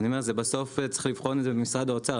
בסוף צריך לבחון את זה במשרד האוצר,